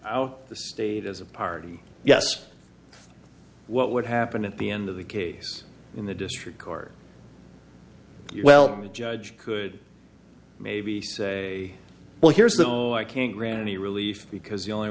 oh the state as a party yes what would happen at the end of the case in the district court well the judge could maybe say well here's the no i can't grant any relief because the only